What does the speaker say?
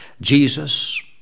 Jesus